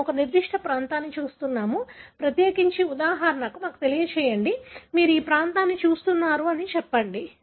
మనము ఒక నిర్దిష్ట ప్రాంతాన్ని చూస్తున్నాము ప్రత్యేకించి ఉదాహరణకు మాకు తెలియజేయండి మీరు ఆ ప్రాంతాన్ని చూస్తున్నారు చెప్పండి